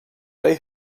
they